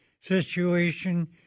situation